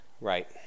Right